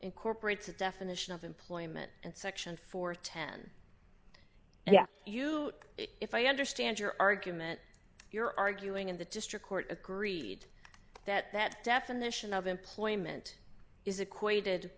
incorporates the definition of employment section for ten yes you if i understand your argument you're arguing in the district court agreed that that definition of employment is equated